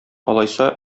алайса